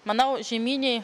manau žieminiai